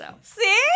see